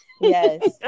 yes